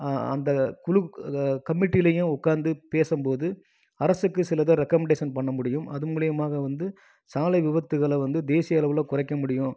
அந்த குழு கமிட்டிலேயும் உக்காந்து பேசும் போது அரசுக்கு சிலதை ரெக்கமண்டேஷன் பண்ண முடியும் அது மூலியமாக வந்து சாலை விபத்துகளை வந்து தேசிய அளவில் குறைக்க முடியும்